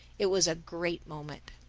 it was a great moment.